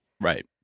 Right